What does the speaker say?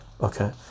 okay